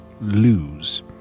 lose